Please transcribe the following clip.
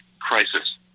crisis